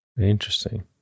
interesting